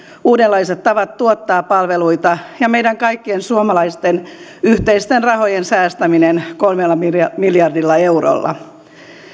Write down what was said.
uudenlaiset tavat tuottaa palveluita ja meidän kaikkien suomalaisten yhteisten rahojen säästäminen kolmella miljardilla eurolla